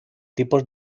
tipos